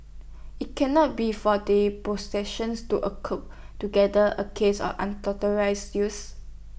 IT cannot be for the prosecution to A cope together A case of unauthorised use